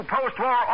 post-war